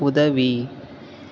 உதவி